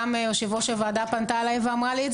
גם יושב ראש הוועדה פנתה אליי ואמרה לי את